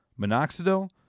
minoxidil